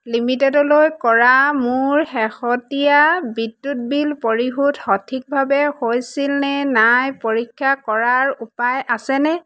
লিমিটেডলৈ কৰা মোৰ শেহতীয়া বিদ্যুৎ বিল পৰিশোধ সঠিকভাৱে হৈছিলনে নাই পৰীক্ষা কৰাৰ উপায় আছেনে